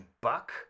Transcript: Buck